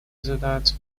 задать